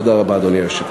תודה רבה, אדוני היושב-ראש.